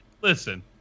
listen